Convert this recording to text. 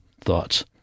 thoughts